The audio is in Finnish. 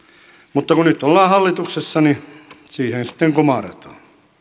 mutta kun nyt ollaan hallituksessa niin siihen sitten kumarretaan